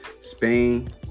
Spain